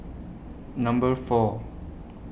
Number four